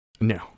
no